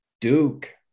Duke